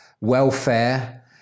welfare